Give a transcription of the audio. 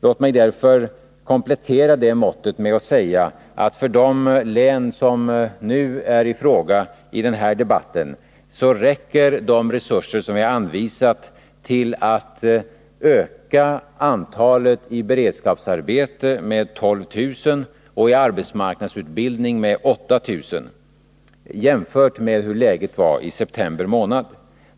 Låt mig därför komplettera det måttet med att säga att för de län som är i fråga i denna debatt räcker de resurser som vi har anvisat till att öka antalet personer i beredskapsarbete med 12 000 och i arbetsmarknadsutbildning med 8 000 jämfört med läget i september månad.